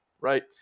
right